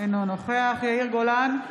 אינו נוכח יאיר גולן,